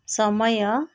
समय